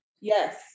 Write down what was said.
Yes